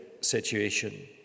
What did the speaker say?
situation